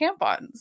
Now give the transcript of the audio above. tampons